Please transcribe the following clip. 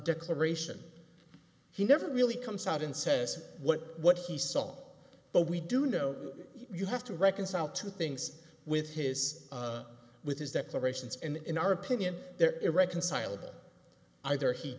declaration he never really comes out and says what what he saw but we do know you have to reconcile two things with his with his declarations and in our opinion there irreconcilable either he